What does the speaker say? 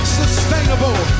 sustainable